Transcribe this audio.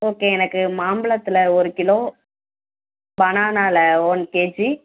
okay எனக்கு மாம்பழத்துல ஒரு கிலோ பனானாவில் ஒன் கேஜி